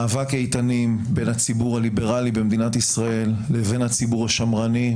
מאבק איתנים בין הציבור הליברלי במדינת ישראל לבין הציבור השמרני.